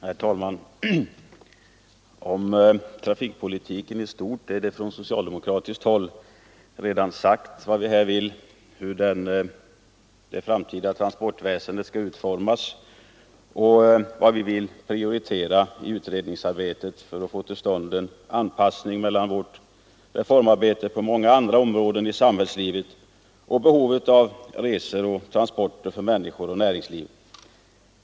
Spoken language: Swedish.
Herr talman! Om trafikpolitiken i stort har det från socialdemokratiskt håll redan sagts hur vi vill att det framtida transportväsendet skall utformas och vad vi vill prioritera i utredningsarbetet för att få till stånd en anpassning mellan reformarbetet på många andra områden i sam hällslivet och behovet av resor och transporter för människor och näringsliv.